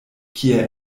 kie